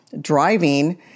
driving